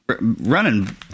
Running